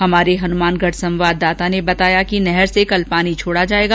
हमारे हनुमानगढ संवाददाता ने बताया कि नहर से कल पानी छोडा जाएगा